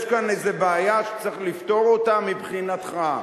יש כאן איזה בעיה שצריך לפתור אותה מבחינתך.